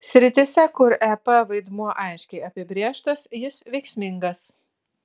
srityse kur ep vaidmuo aiškiai apibrėžtas jis veiksmingas